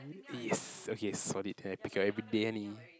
yes okay solid tab